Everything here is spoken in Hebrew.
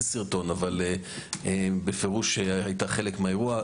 סרטון אבל היא בפירוש הייתה חלק מהאירוע.